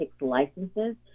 licenses